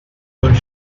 but